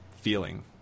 feeling